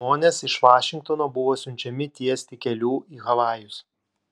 žmonės iš vašingtono buvo siunčiami tiesti kelių į havajus